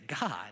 God